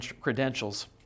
credentials